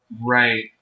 Right